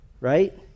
right